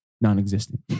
non-existent